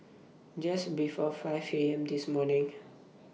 Just before five A M This morning